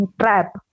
trap